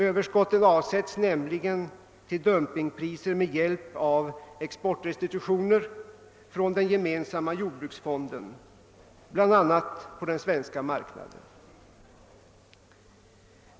De avsätts nämligen till dumpingpriser med hjälp av exportrestitutioner från den gemensamma jordbruksfonden, bl.a. på den svenska marknaden.